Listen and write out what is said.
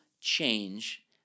change